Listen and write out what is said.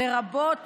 לרבות